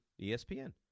ESPN